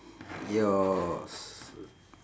yours